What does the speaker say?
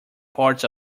parts